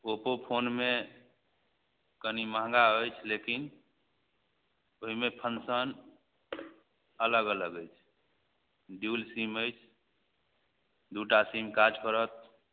Oppo फोनमे कनि महगा अछि लेकिन ओहिमे फङ्कशन अलग अलग अछि ड्यूल सिम अछि दुइ टा सिम काज करत